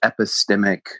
epistemic